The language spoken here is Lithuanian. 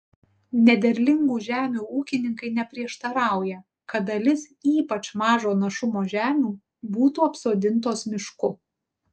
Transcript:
nederlingų žemių ūkininkai neprieštarauja kad dalis ypač mažo našumo žemių būtų apsodintos mišku